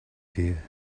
here